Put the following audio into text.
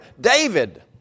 David